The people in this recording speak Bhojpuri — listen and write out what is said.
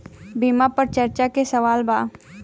बीमा पर चर्चा के सवाल बा?